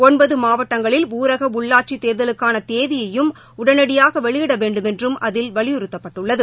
ஒன்பது மாவட்டங்களில் ஊரக உள்ளாட்சித் தேர்தலுக்கான தேதியையும் உடனடியாக வெளியிட வேண்டுமென்றும் அதில் வலியுறுத்தப்பட்டுள்ளது